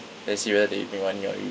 then see whether they make money or you